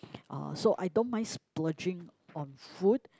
uh so I don't mind splurging on food